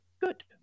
good